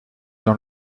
dans